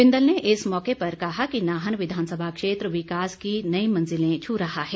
बिंदल ने इस मौके पर कहा कि नाहन विधानसभा क्षेत्र विकास की नई मंजिलें छू रहा है